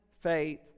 Faith